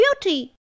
beauty